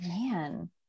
man